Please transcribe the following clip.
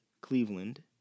Cleveland